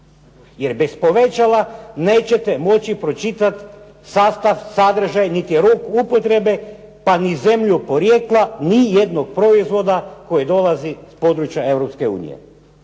jer bez povećala nećete moći pročitat sastav, sadržaj niti rok upotrebe, pa ni zemlju porijekla ni jednog proizvoda koji dolazi s područja